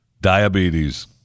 diabetes